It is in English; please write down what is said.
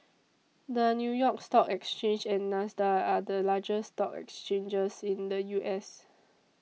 the New York Stock Exchange and NASDAQ are the largest stock exchanges in the U S